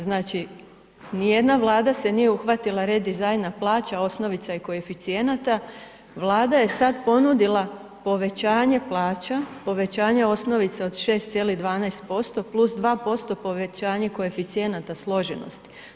Znači nijedna vlada se nije uhvatila redizajna plaća, osnovica i koeficijenata, Vlada je sada ponudila povećanje plaća, povećanje osnovice od 6,12% plus 2% povećanje koeficijenata složenosti.